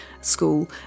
school